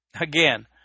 again